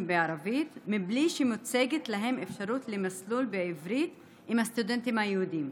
בערבית בלי שמוצגת להם אפשרות למסלול בעברית עם הסטודנטים היהודים.